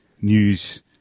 news